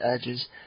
edges